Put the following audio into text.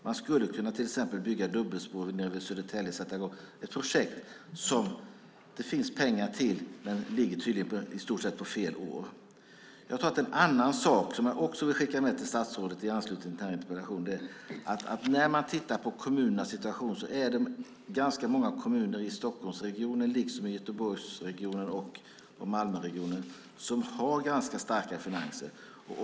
Man skulle till exempel kunna bygga dubbelspår nere vid Södertälje och sätta i gång ett projekt som det finns pengar till, men de ligger tydligen på fel år. En annan sak som jag vill skicka med till statsrådet i anslutning till denna interpellation är att när man tittar på kommunernas situation är det ganska många kommuner i Stockholmsregionen liksom i Göteborgsregionen och i Malmöregionen som har starka finanser.